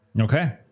Okay